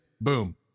boom